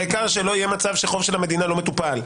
העיקר שלא יהיה מצב שחוב של המדינה לא מטופל.